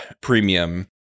Premium